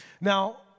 Now